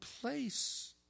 place